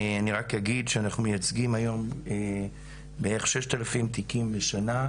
אני רק אגיד שאנחנו מייצגים היום בערך 6,000 תיקים בשנה,